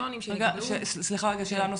שאלה נוספת,